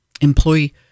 employee